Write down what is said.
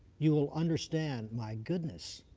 you will understand, my goodness,